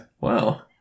Wow